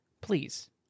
please